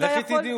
לכי תדעי,